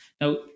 Now